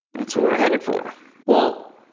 that's where we're headed for well,